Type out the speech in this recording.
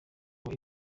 abo